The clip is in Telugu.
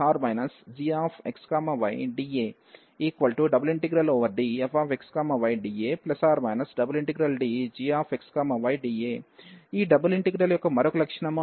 ∬Dfxy±gxydA∬DfxydA∬DgxydA ఈ డబుల్ ఇంటిగ్రల్ యొక్క మరొక లక్షణము